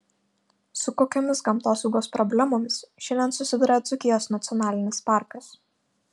su kokiomis gamtosaugos problemomis šiandien susiduria dzūkijos nacionalinis parkas